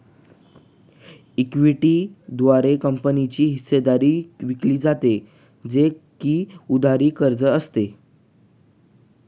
equity द्वारे कंपनीची हिस्सेदारी विकली जाते, जे की उधार कर्ज असते